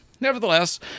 nevertheless